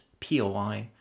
POI